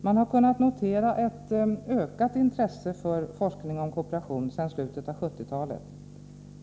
Man har kunnat notera ett ökat intresse för forskning om kooperationen sedan slutet av 1970-talet.